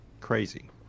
crazy